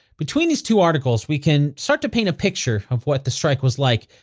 between these two articles we can start to paint a picture of what the strike was like.